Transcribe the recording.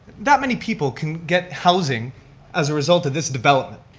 that many people can get housing as a result of this development.